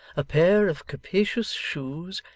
a pair of capacious shoes,